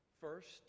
First